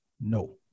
no